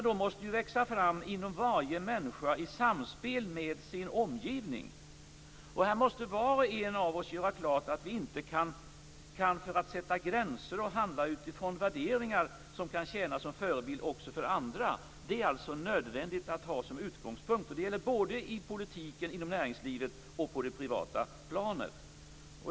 Det måste växa fram inom varje människa i samspel med omgivningen. Här måste var och en av oss göra klart att vi kan sätta gränser och handla utifrån värderingar som kan tjäna som förebild också för andra. Det är alltså nödvändigt att ha det som utgångspunkt. Det gäller såväl i politiken som inom näringslivet och på det privata planet.